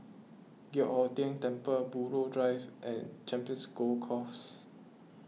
Giok Hong Tian Temple Buroh Drive and Champions Golf Course